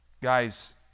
guys